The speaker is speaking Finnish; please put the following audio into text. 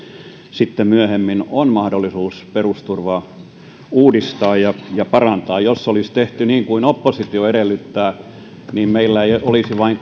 sitten myöhemmin on mahdollisuus perusturvaa uudistaa ja ja parantaa jos olisi tehty niin kuin oppositio edellyttää meillä ei olisi vain